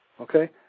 Okay